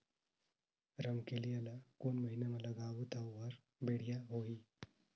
रमकेलिया ला कोन महीना मा लगाबो ता ओहार बेडिया होही?